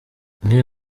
nkiri